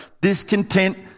discontent